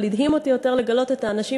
אבל הדהים אותי יותר לגלות את האנשים